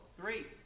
three